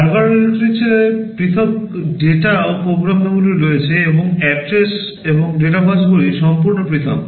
Harvard আর্কিটেকচারে পৃথক data ও প্রোগ্রাম memory রয়েছে এবং address এবং ডেটা বাসগুলি সম্পূর্ণ পৃথক